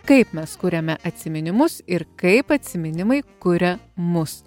kaip mes kuriame atsiminimus ir kaip atsiminimai kuria mus